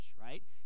right